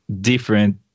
different